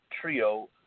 trio